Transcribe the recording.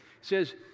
says